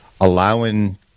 allowing